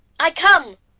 i come,